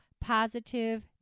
positive